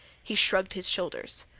he shrugged his shoulders.